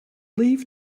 leave